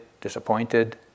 disappointed